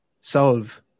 solve